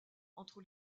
entre